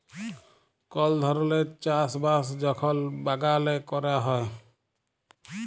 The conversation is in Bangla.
কল ধরলের চাষ বাস যখল বাগালে ক্যরা হ্যয়